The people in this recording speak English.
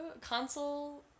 console